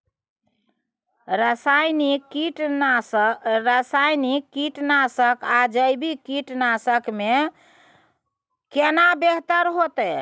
रसायनिक कीटनासक आ जैविक कीटनासक में केना बेहतर होतै?